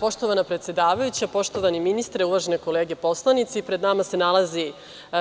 Poštovana predsedavajuća, poštovani ministre, uvažene kolege poslanici, pred nama se nalazi